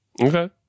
Okay